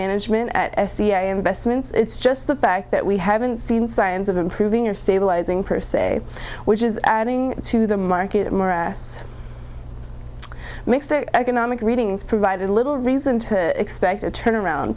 management at s c a investments it's just the fact that we haven't seen signs of improving or stabilizing per se which is adding to the market morass makes economic readings provided a little reason to expect a turnaround